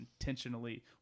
intentionally